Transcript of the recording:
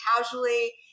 casually